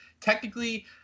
technically